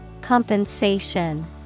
Compensation